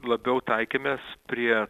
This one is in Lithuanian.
labiau taikėmės prie